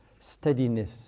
steadiness